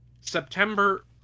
September